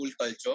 culture